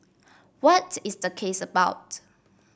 what is the case about